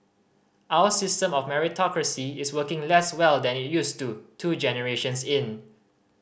our system of meritocracy is working less well than it used to two generations in